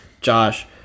Josh